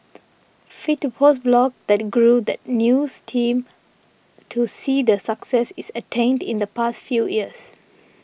fit to Post blog that grew the news team to see the success is attained in the past few years